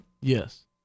Yes